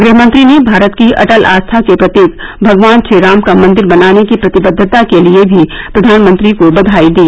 गृह मंत्री ने भारत की अटल आस्था के प्रतीक भगवान श्रीराम का मन्दिर बनाने की प्रतिबद्वता के लिए भी प्रधानमंत्री को बधाई दी